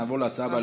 נעבור להצעה הבאה,